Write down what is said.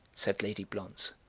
said lady blonze.